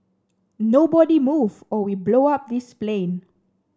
nobody move or we blow up this plane